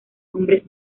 hombres